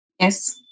Yes